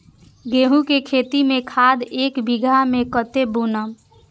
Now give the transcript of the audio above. गेंहू के खेती में खाद ऐक बीघा में कते बुनब?